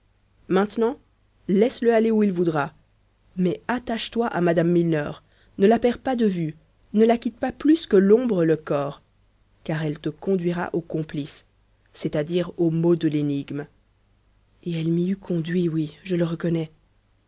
maintenant laisse-le aller où il voudra mais attache toi à mme milner ne la perds pas de vue ne la quitte pas plus que l'ombre le corps car elle te conduira au complice c'est-à-dire au mot de l'énigme et elle m'y eût conduit oui je le reconnais